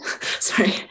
sorry